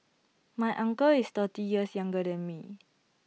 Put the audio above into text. my uncle is thirty years younger than me